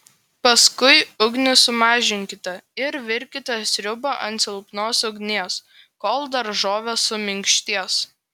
paskui ugnį sumažinkite ir virkite sriubą ant silpnos ugnies kol daržovės suminkštės